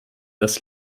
das